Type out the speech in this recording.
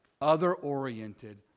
other-oriented